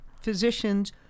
physicians